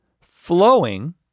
flowing